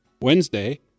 Wednesday